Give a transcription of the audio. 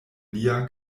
lia